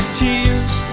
tears